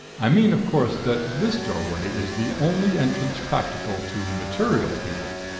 i mean, of course, that this doorway is the only entrance practicable to material people.